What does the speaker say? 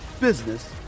business